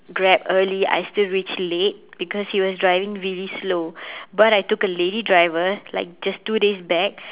grab early I still reached late because he was driving really slow but I took a lady driver like just two days back